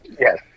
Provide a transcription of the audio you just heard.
Yes